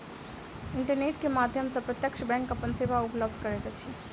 internet के माध्यम सॅ प्रत्यक्ष बैंक अपन सेवा उपलब्ध करैत अछि